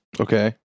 Okay